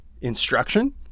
instruction